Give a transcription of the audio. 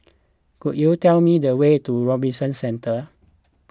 could you tell me the way to Robinson Centre